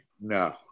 No